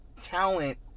talent